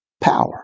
Power